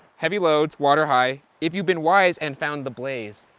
heavy loads, water high. if you've been wise and found the blaze,